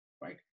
right